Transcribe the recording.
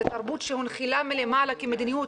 זה תרבות שהונחלה מלמעלה כמדיניות,